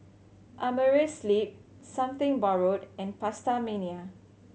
Amerisleep Something Borrowed and PastaMania